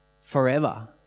forever